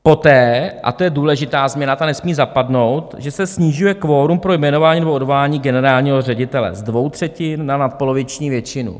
Poté, a to je důležitá změna, ta nesmí zapadnout, že se snižuje kvorum pro jmenování nebo odvolání generálního ředitele z dvou třetin na nadpoloviční většinu.